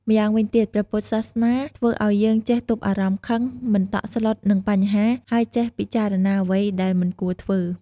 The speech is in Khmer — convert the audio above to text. ម្យ៉ាងវិញទៀត ព្រះពុទ្ធសាសនាធ្វើឲ្យយើងចេះទប់អារម្មណ៍ខឹង មិនតក់ស្លុតនឹងបញ្ហា ហើយចេះពិចារណាអ្វីដែលមិនគួរធ្វើ។